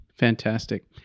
Fantastic